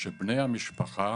שבני המשפחה